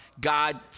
God